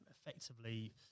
effectively